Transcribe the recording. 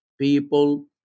people